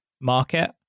market